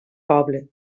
poble